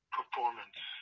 performance